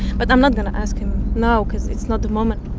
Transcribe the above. but i'm not going to ask him now because it's not the moment.